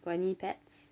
got any pets